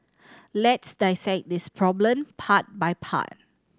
let's this problem part by part